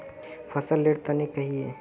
फसल लेर तने कहिए?